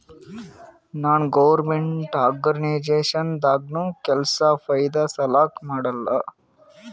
ನಾನ್ government organisation ದಾಗ್ನು ಕೆಲ್ಸಾ ಫೈದಾ ಸಲಾಕ್ ಮಾಡಲ್ಲ